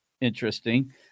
interesting